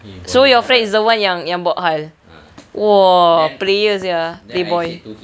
so your friend is the one yang yang !wah! player sia playboy